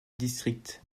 district